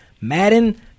Madden